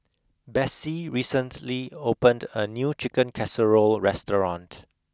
Bessie recently opened a new chicken casserole restaurant